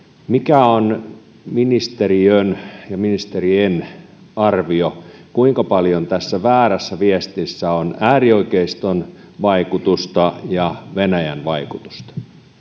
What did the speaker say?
mikä on ministeriön ja ministerien arvio kuinka paljon tässä väärässä viestissä on äärioikeiston vaikutusta ja venäjän vaikutusta